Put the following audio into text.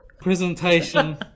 presentation